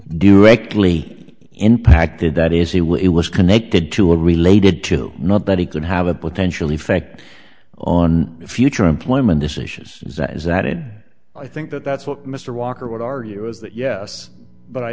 directly impacted that is it was connected to it related to not that he could have a potential effect on the future employment decisions that is that it i think that that's what mr walker would argue is that yes but i